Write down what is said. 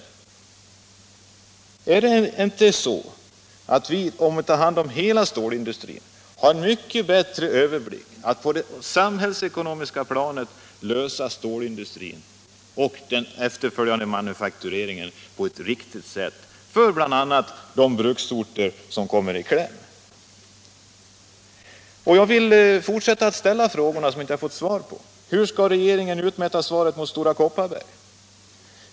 Får vi inte mycket bättre överblick om vi tar hand om hela stålindustrin och därmed bättre möjligheter att på ett samhällsekonomiskt riktigt sätt lösa stålindustrins och den efterföljande manufaktureringens problem, till fördel för bl.a. de bruksorter som kommer i kläm? Jag vill fortsätta att ställa frågorna som jag inte har fått svar på. Hur skall regeringen utmäta ansvaret för Stora Kopparberg?